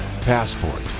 passport